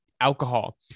alcohol